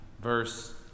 verse